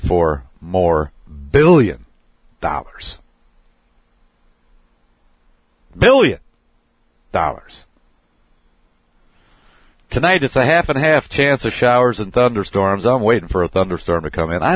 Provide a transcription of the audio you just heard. four more billion dollars billion dollars tonight it's a half and half chance of showers and thunderstorms are waiting for a thunderstorm to come and i